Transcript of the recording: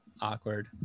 Awkward